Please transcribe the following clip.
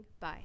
Bye